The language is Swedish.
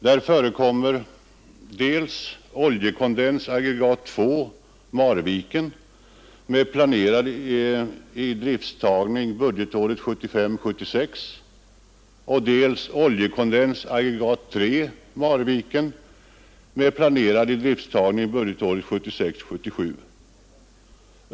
Där förekommer dels Oljekondens, aggregat 2, Marviken, med planerad idrifttagning budgetåret 1975 77.